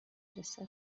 رسه